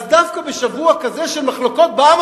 אז דווקא בשבוע כזה של מחלוקות בעם